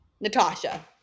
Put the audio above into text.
Natasha